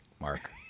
Mark